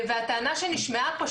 הטענה שנשמעה פה,